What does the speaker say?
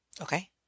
Okay